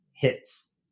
hits